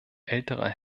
älterer